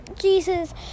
Jesus